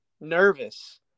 nervous